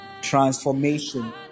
Transformation